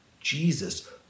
Jesus